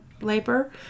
labor